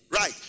Right